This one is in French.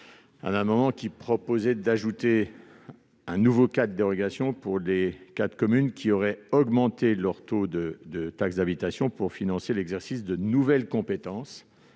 à l'instant vise à ajouter un nouveau cas de dérogation pour les communes qui ont augmenté leur taux de taxe d'habitation pour financer l'exercice de nouvelles compétences